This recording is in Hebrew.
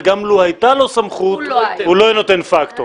וגם לו הייתה לו סמכות הוא לא היה נותן פקטור.